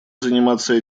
заниматься